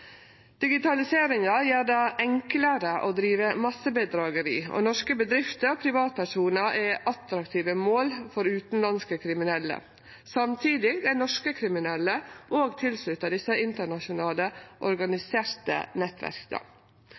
Digitaliseringa gjer det enklare å drive med massebedrageri, og norske bedrifter og privatpersonar er attraktive mål for utanlandske kriminelle. Samtidig er norske kriminelle òg knytte til desse internasjonale, organiserte